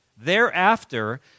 thereafter